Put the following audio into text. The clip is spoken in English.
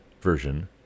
version